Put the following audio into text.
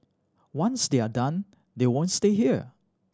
once they are done they won't stay here